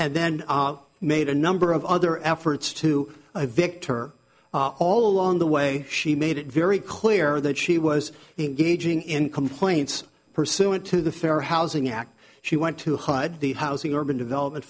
nd then made a number of other efforts to evict her all along the way she made it very clear that she was engaging in complaints pursuant to the fair housing act she went to hud the housing urban development